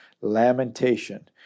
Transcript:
lamentation